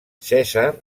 cèsar